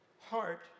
heart